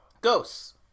Ghosts